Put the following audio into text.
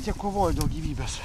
tiek kovojo dėl gyvybės